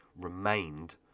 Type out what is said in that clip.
remained